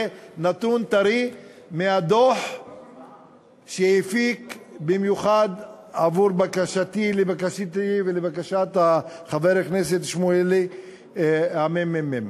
זה נתון טרי מהדוח שהפיק במיוחד לבקשתי ולבקשת חבר הכנסת שמולי הממ"מ.